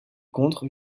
contre